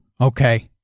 Okay